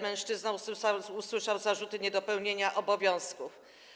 Mężczyzna usłyszał zarzut niedopełnienia obowiązków.